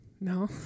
No